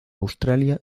australia